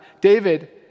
David